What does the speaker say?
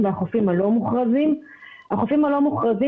אז זה לא שהמשרד מממן באמת,